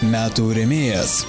metų rėmėjas